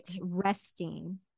resting